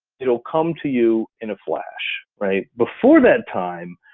it'll come to you in a flash. before that time,